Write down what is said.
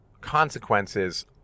consequences